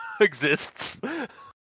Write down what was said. exists